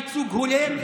ייצוג הולם,